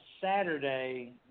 Saturday